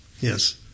Yes